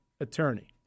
attorney